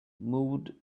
moved